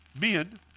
Men